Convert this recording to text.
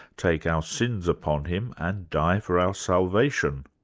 take our sins upon him and die for our salvation.